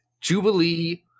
Jubilee